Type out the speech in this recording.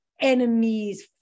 enemies